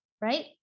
right